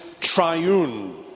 triune